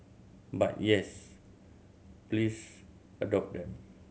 but yes please adopt them